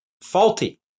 faulty